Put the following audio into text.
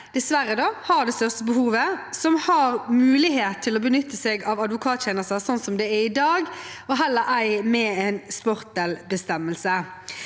kanskje har det største behovet, som har mulighet til å benytte seg av advokattjenester, sånn som det er i dag, og ei heller med en sportel-bestemmelse.